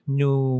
new